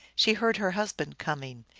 she heard her husband coming.